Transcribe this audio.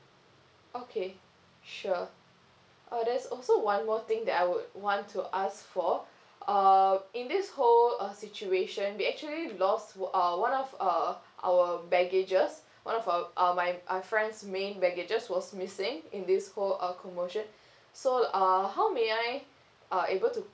okay sure uh there's also one more thing that I would want to ask for uh in this whole uh situation we actually lost o~ uh one of uh our baggages one of our uh my our friend's main baggage was missing in this whole uh commotion so uh how may I uh able to